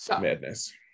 madness